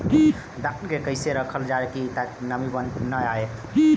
धान के कइसे रखल जाकि नमी न आए?